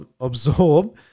absorb